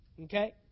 Okay